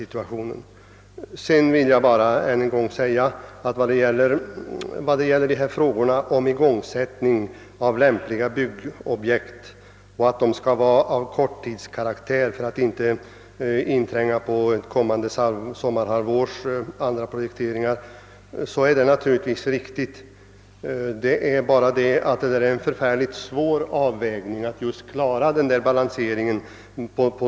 Till statsrådet Johansson vill jag säga att det naturligtvis är riktigt att igångsättning av lämpliga byggobjekt skall vara av korttidskaraktär för att inte in kräkta på ett kommande sommarhalvårs Övriga projekteringar. Det är emellertid mycket svårt att klara den balanseringen.